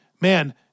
man